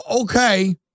Okay